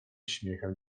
śmiechem